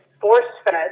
force-fed